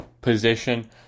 position